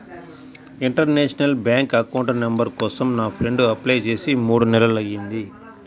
international bank account number కోసం నా friend apply చేసి మూడు నెలలయ్యింది